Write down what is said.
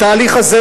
התהליך הזה,